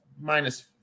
minus